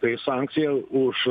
kai sankcija už